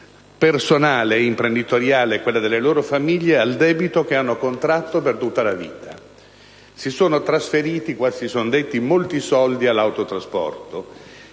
personale e imprenditoriale e quella delle loro famiglie al debito che hanno contratto per tutta la vita. Si sono trasferiti, come si è detto qua, molti soldi all'autotrasporto.